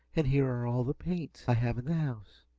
and here are all the paints i have in the house,